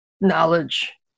knowledge